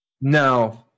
No